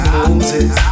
Moses